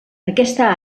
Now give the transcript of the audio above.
aquesta